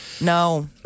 No